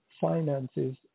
finances